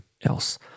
Else